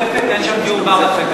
כי פעם נוספת אין שם דיור בר-השגה.